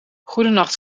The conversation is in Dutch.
goedenacht